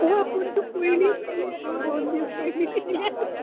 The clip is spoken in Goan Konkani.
पूण तूं पयलीं पयलीं दोन दीस पयलीं पयलीं